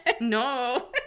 No